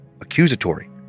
accusatory